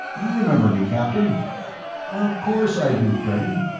you remember me, captain of course i do, freddy.